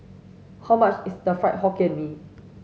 how much is the fried Hokkien Mee